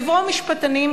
יבואו המשפטנים,